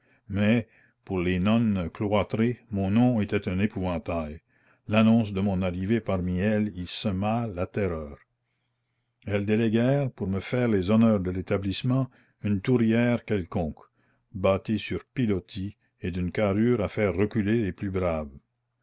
mais pour les nonnes cloîtrées mon nom était un épouvantail l'annonce de mon arrivée parmi elles y sema la terreur elles déléguèrent pour me faire les honneurs de l'établissement une tourière quelconque bâtie sur pilotis et d'une carrure à faire reculer les plus braves